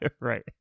Right